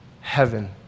heaven